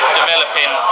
developing